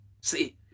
See